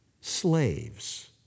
Slaves